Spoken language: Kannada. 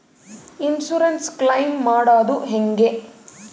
ಇನ್ಸುರೆನ್ಸ್ ಕ್ಲೈಮ್ ಮಾಡದು ಹೆಂಗೆ?